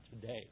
today